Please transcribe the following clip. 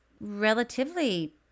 relatively